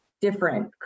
different